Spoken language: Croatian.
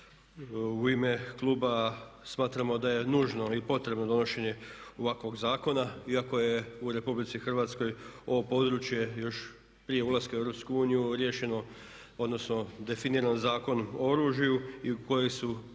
U ime kluba smatramo da je nužno i potrebno donošenje ovakvog zakona iako je u RH ovo područje još prije ulaska u EU riješeno odnosno definirano Zakonom o oružju i u koji su